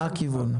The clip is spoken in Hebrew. מה הכיוון.